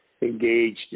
engaged